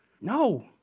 No